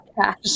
cash